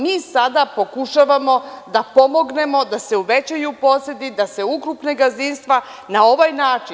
Mi sada pokušavamo da pomognemo da se uvećaju posedi, da se ukrupne gazdinstva na ovaj način.